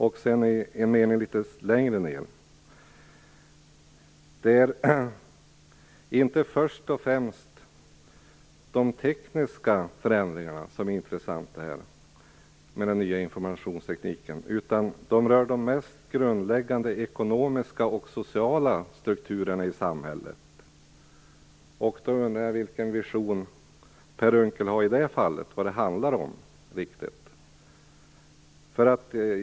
Litet senare i interpellationen säger Per Unckel att det inte är först och främst de tekniska förändringarna som är intressanta när det gäller den nya informationstekniken, utan det rör de mest grundläggande ekonomiska och sociala strukturerna i samhället. Vilken vision har Per Unckel i det fallet? Vad handlar det egentligen om där?